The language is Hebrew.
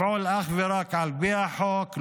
לפעול אך ורק על פי החוק,